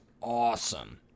awesome